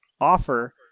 offer